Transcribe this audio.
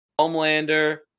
Homelander